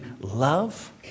love